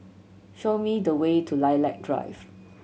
show me the way to Lilac Drive